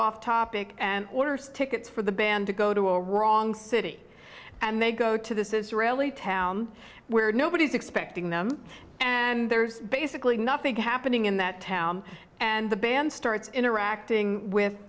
off topic and orders tickets for the band to go to a wrong city and they go to this israeli town where nobody is expecting them and there's basically nothing happening in that town and the band starts interacting with